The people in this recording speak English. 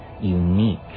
unique